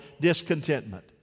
discontentment